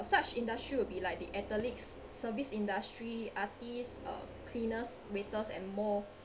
such industry will be like the athletes service industry artist uh cleaners waiters and more